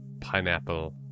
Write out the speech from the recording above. pineapple